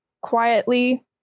quietly